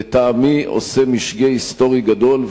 לטעמי עושה משגה היסטורי גדול.